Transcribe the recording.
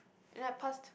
and I passed